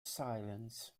silence